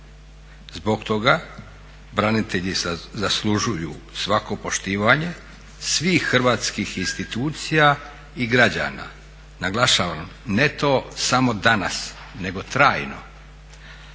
Zbog toga branitelji zaslužuju svako poštivanje svih hrvatskih institucija i građana. Naglašavam ne to samo danas, nego trajno,